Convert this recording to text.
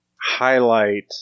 highlight